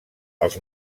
els